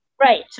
Right